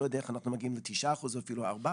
אני לא יודע איך אנחנו מגיעים לתשעה אחוזים ואפילו ארבעה,